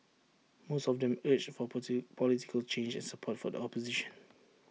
most of them urged for political change and support for the opposition